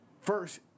first